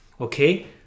Okay